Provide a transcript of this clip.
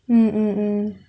mm mm mm